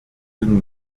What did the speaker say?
and